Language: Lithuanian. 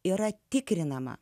yra tikrinama